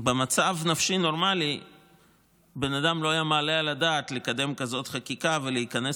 במצב נפשי נורמלי בן אדם לא היה מעלה על הדעת לקדם כזאת חקיקה ולהיכנס